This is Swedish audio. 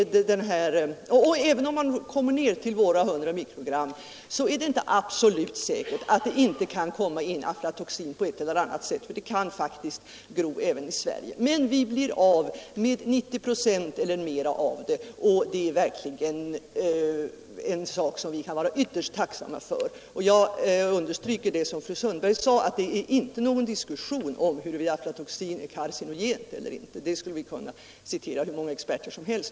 Även om man kommer ned till några hundra mikrogram, så är det inte absolut säkert att det inte då kan komma in aflatoxin på ett eller annat sätt; aflatoxin kan faktiskt gro även i Sverige. Men vi blir av med 90 procent eller mera av det, och det är verkligen någonting som vi kan vara ytterst tacksamma för. Jag understryker vad fru Sundberg sade, nämligen att det inte är någon diskussion om huruvida aflatoxin är cancerogent — på den punkten skulle man kunna citera hur många experter som helst.